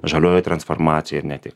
žaliojoj transformacijoj ir ne tik